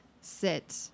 sit